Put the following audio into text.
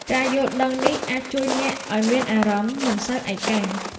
ការយល់ដឹងនេះអាចជួយអ្នកឱ្យមានអារម្មណ៍មិនសូវឯកា។